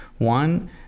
one